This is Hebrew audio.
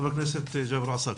חבר הכנסת ג'אבר עסאקלה.